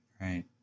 Right